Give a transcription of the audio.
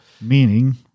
Meaning